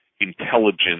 intelligence